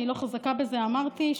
אני לא חזקה בזה, אמרתי.